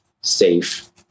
safe